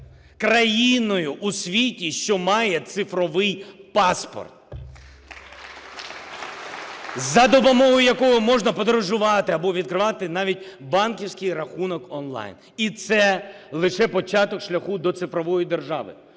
країною у світі, що має цифровий паспорт, за допомогою якого можна подорожувати або відкривати навіть банківський рахунок онлайн. І це лише початок шляху до цифрової держави.